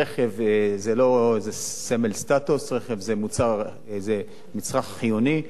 רכב הוא לא איזה סמל סטטוס, רכב הוא מצרך חיוני.